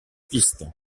pistes